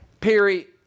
Perry